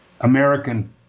American